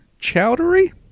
Chowdery